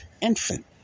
infant